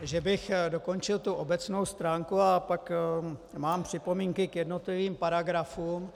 Že bych dokončil tu obecnou stránku a pak mám připomínky k jednotlivým paragrafům.